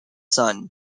sun